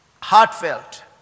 heartfelt